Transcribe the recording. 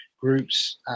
groups